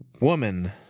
woman